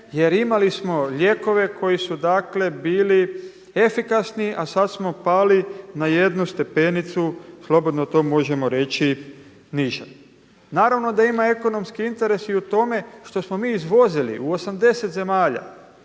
jer imali smo lijekove koji su bili efikasni, a sada smo pali na jednu stepenicu slobodno to možemo reći niže. Naravno da ima ekonomski interes i u tome što smo mi izvozili u 80 zemalja.